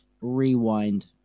rewind